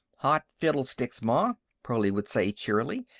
hot fiddlesticks, ma, pearlie would say, cheerily.